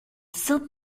sainte